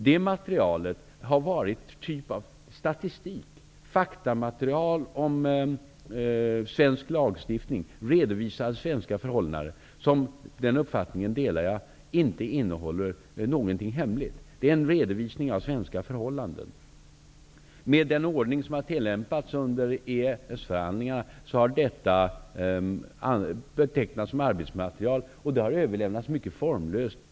Det har rört sig om material av typen statistik, fakta om svensk lagstiftning och en redovisning av svenska förhållanden. Jag delar uppfattningen att detta material inte innehåller något hemligt. Det är helt enkelt en redovisning av svenska förhållanden. Enligt den ordning som har tillämpats under EES-förhandlingarna har detta betecknats som arbetsmaterial och överlämnats mycket formlöst.